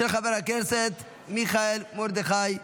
של חבר הכנסת מיכאל מרדכי ביטון.